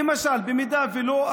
למשל: במידה שלא,